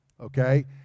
okay